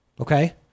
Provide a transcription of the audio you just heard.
Okay